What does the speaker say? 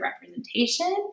representation